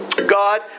God